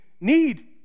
need